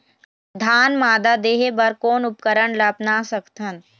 धान मादा देहे बर कोन उपकरण ला अपना सकथन?